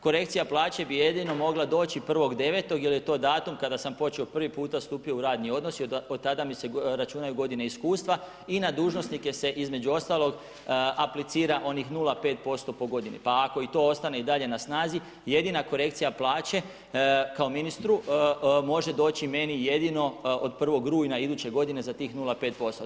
Korekcija plaće bi jedino mogla doći 1.9. jel je to datum kada sam počeo prvi puta stupio u radni odnos i od tada mi se računaju godine iskustva i na dužnosnike se između ostalog aplicira onih 0,5% po godini, pa ako i to ostane i dalje na snazi, jedina korekcija plaće kao ministru može doći meni jedino od 1. rujna iduće godine za tih 0,5%